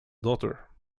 daughter